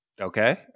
Okay